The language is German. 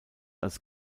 als